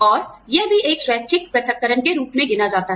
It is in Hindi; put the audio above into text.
और यह भी एक स्वैच्छिक पृथक्करण के रूप में गिना जाता है